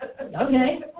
okay